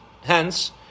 hence